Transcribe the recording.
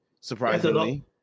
surprisingly